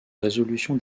résolution